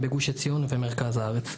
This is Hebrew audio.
בגוש עציון ובמרכז הארץ.